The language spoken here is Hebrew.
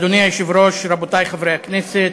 אדוני היושב-ראש, רבותי חברי הכנסת,